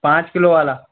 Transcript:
पाँच किलो वाला